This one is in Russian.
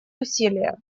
усилия